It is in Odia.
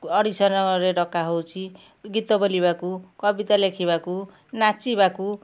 ଅଡ଼ିସନରେ ଡକାହଉଛି ଗୀତ ବୋଲିବାକୁ କବିତା ଲେଖିବାକୁ ନାଚିବାକୁ